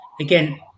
again